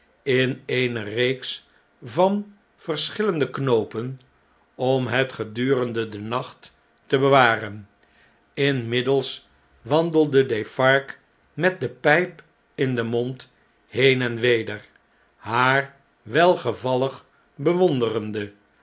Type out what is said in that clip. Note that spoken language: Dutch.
in eene reeks van verschillende knoopen om het gedurende den nacht te bewaren inmiddels wandelde defarge met de ph'p in den mond heen en weder haar welgevallig bewonderende